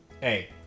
Hey